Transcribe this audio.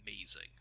amazing